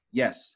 yes